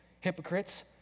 hypocrites